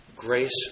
Grace